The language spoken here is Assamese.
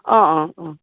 অঁ অঁ অঁ